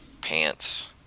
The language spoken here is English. pants